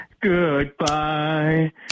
Goodbye